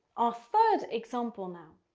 our third example now.